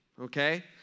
okay